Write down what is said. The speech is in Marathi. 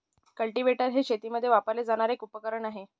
कल्टीवेटर हे शेतीमध्ये वापरले जाणारे एक उपकरण आहे